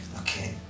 Okay